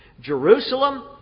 Jerusalem